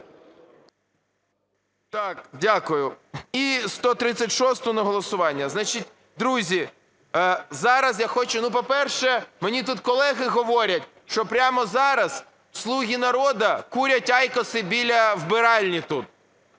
О.О. Дякую. І 136-у на голосування. Значить, друзі, зараз я хочу… По-перше, мені тут колеги говорять, що прямо зараз "слуги народу" курять айкоси біля вбиральні тут,